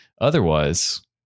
otherwise